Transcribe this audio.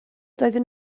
doedden